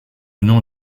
nom